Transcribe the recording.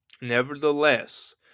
Nevertheless